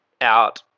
out